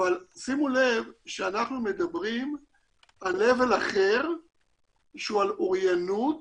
אבל שימו לב שאנחנו מדברים על רמה אחרת שזה על אוריינות